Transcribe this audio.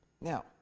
Now